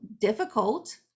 difficult